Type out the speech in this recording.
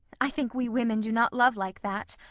i think we women do not love like that.